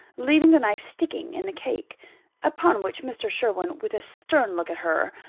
leaving the knife sticking in the cake upon which mr. sherwin, with a stern look at her,